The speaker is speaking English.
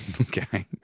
Okay